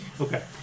Okay